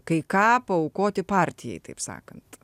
kai ką paaukoti partijai taip sakant